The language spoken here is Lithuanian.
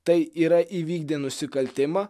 tai yra įvykdė nusikaltimą